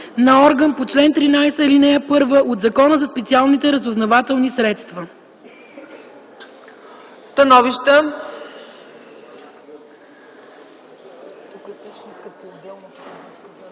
на орган по чл. 13, ал. 1, от Закона за специалните разузнавателни средства.”